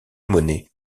monet